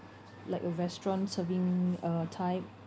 like a restaurant serving uh type